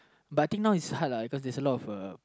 but I think now is hard lah because there's a lot of uh